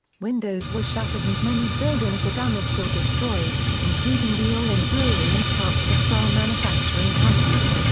windows were shattered and many buildings were damaged or destroyed, including the oland brewery and parts of the starr manufacturing company.